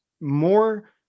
more –